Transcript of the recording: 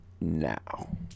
Now